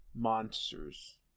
monsters